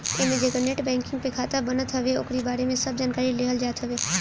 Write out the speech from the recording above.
एमे जेकर net banking पे खाता बनत हवे ओकरी बारे में सब जानकारी लेहल जात हवे